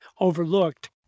overlooked